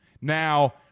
Now